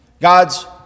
God's